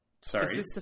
Sorry